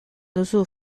duzu